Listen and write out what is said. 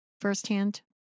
firsthand